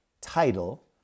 title